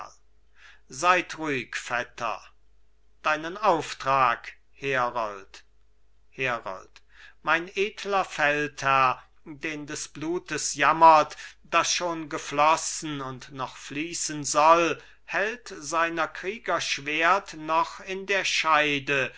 seid ruhig vetter deinen auftrag herold herold mein edler feldherr den des blutes jammert das schon geflossen und noch fließen soll hält seiner krieger schwert noch in der scheide